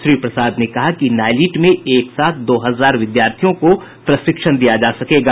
श्री प्रसाद ने कहा कि नाईलिट में एक साथ दो हजार विद्यार्थियों को प्रशिक्षण दिया जा सकेगा